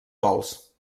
gols